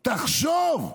תחשוב.